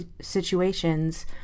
situations